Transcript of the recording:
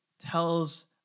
tells